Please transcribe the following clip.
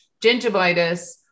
gingivitis